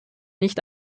nicht